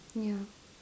ya